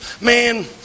man